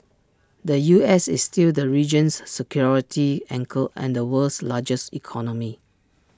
the U S is still the region's security anchor and the world's largest economy